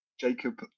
Jacob